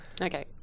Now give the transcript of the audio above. Okay